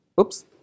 Oops